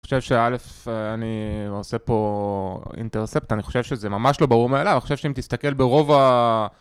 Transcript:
חושב שא', אני עושה פה אינטרספט, אני חושב שזה ממש לא ברור מאליו, אני חושב שאם תסתכל ברוב ה...